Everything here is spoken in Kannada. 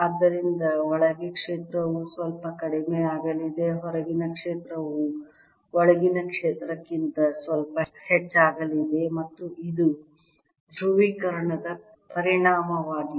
ಆದ್ದರಿಂದ ಒಳಗೆ ಕ್ಷೇತ್ರವು ಸ್ವಲ್ಪ ಕಡಿಮೆಯಾಗಲಿದೆ ಹೊರಗಿನ ಕ್ಷೇತ್ರವು ಒಳಗಿನ ಕ್ಷೇತ್ರಕ್ಕಿಂತ ಸ್ವಲ್ಪ ಹೆಚ್ಚಾಗಲಿದೆ ಮತ್ತು ಇದು ಧ್ರುವೀಕರಣದ ಪರಿಣಾಮವಾಗಿದೆ